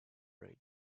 bridge